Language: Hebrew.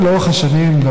ולאורך השנים,